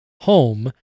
home